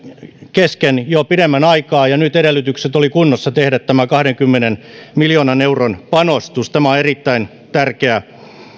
kesken jo pidemmän aikaa ja nyt edellytykset olivat kunnossa tehdä tämä kahdenkymmenen miljoonan euron panostus tämä on erittäin tärkeää